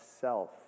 self